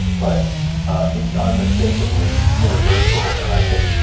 but it's unmistakably universal and i think,